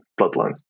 bloodline